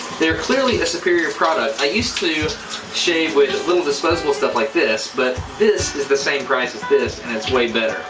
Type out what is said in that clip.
they're clearly a superior product. i used to shave with little disposable stuff like this but this is the same price as this and it's way better.